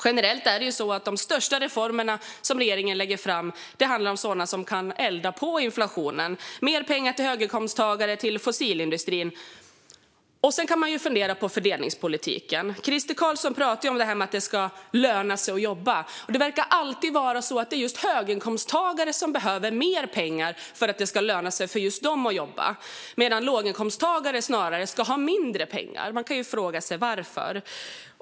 Generellt är det ju så att de största reformerna som regeringen lägger fram handlar om sådant som kan elda på inflationen, med mer pengar till höginkomsttagare och till fossilindustrin. Man kan ju också fundera på fördelningspolitiken. Crister Carlsson pratade om att det ska löna sig att jobba. Det verkar alltid vara så att det är just höginkomsttagare som behöver mer pengar för att det ska löna sig för just dem att jobba, medan låginkomsttagare snarare ska ha mindre pengar. Man kan fråga sig varför.